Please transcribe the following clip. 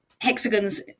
hexagons